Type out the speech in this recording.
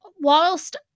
whilst